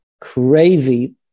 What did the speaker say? crazy